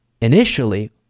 initially